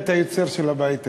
של הבית היהודי.